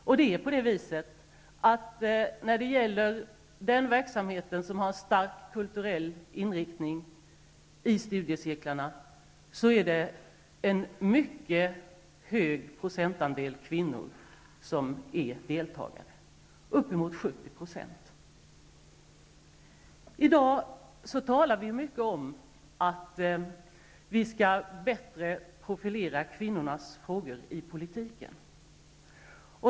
I den verksamhet i studiecirklarna som har en stark kulturell inriktning utgör de kvinnliga deltagarna en mycket hög procentandel -- uppemot I dag talar vi mycket om att vi bättre skall profilera kvinnornas frågor i politiken.